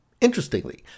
Interestingly